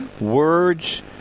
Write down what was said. Words